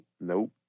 Nope